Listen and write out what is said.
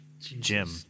Jim